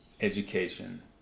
education